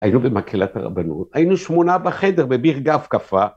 ‫היינו במקהלת הרבנות, ‫היינו שמונה בחדר בביר גפגפה.